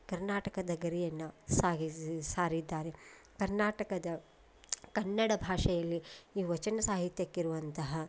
ಕರ್ನಾಟಕದ ಗರಿಯನ್ನು ಸಾಗಿಸೀ ಸಾರಿದ್ದಾರೆ ಕರ್ನಾಟಕದ ಕನ್ನಡ ಭಾಷೆಯಲ್ಲಿ ಈ ವಚನ ಸಾಹಿತ್ಯಕ್ಕಿರುವಂತಹ